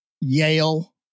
Yale